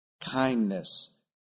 kindness